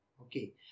Okay